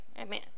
Amen